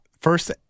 first